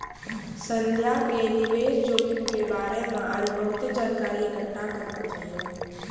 संध्या के निवेश जोखिम के बारे मे आरु बहुते जानकारी इकट्ठा करना चाहियो